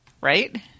right